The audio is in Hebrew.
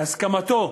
בהסכמתו,